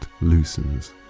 loosens